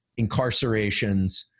incarcerations